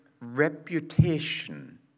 reputation